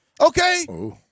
Okay